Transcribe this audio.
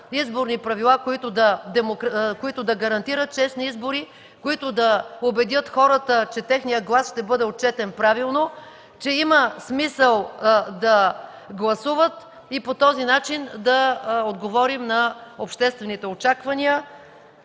изборни правила, които да гарантират честни избори, които да убедят хората, че техният глас ще бъде отчетен правилно, че има смисъл да гласуват и по този начин да отговорим на обществените очаквания.